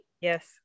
Yes